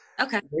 okay